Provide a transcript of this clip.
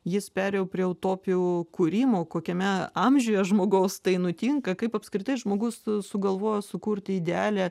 jis perėjo prie utopijų kūrimo kokiame amžiuje žmogaus tai nutinka kaip apskritai žmogus sugalvojo sukurti idealią